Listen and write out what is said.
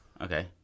okay